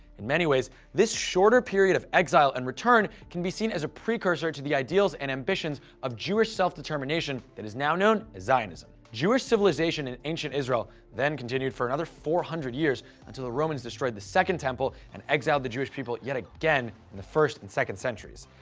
in many ways, this shorter period of exile and return can be seen as a precursor to the ideals and ambitions of jewish self-determination that is now known as zionism. jewish civilization in ancient israel then continued for another four hundred years until the romans destroyed the second temple and exiled the jewish people yet again in the first and second centuries.